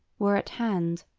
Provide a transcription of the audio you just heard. were at hand.